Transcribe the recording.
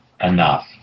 enough